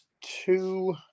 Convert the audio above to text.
two